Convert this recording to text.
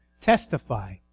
testify